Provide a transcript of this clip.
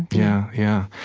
yeah. yeah.